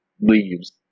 leaves